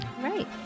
Right